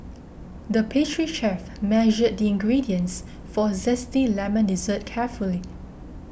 the pastry chef measured the ingredients for a Zesty Lemon Dessert carefully